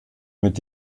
mit